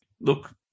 Look